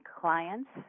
clients